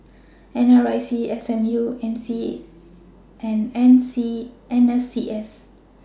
N R I C S M U and N C N S C S